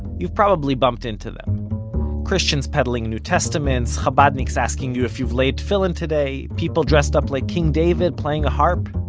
you've probably bumped into them christians peddling new testaments, chabadniks asking you if you've laid tfillin today, people dressed up like king david playing a harp.